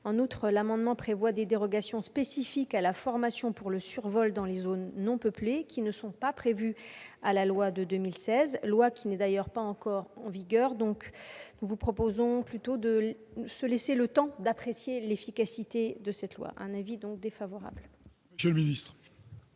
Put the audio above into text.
En outre, l'amendement prévoit des dérogations spécifiques à la formation pour le survol dans les zones non peuplées qui ne sont pas prévues par la loi de 2016, qui n'est d'ailleurs pas encore en vigueur. Laissons-nous le temps d'apprécier l'efficacité de cette loi. L'avis est donc défavorable. Quel est